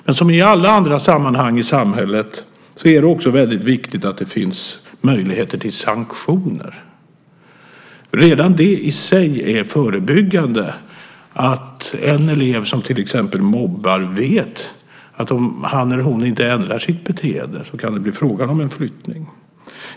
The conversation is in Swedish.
Men som i alla andra sammanhang i samhället är det också väldigt viktigt att det finns möjligheter till sanktioner. Det är i sig förebyggande att en elev som till exempel mobbar vet att om han eller hon inte ändrar sitt beteende kan det bli fråga om en flyttning.